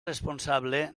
responsable